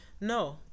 No